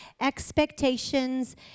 expectations